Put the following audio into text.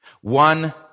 One